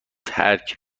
ترک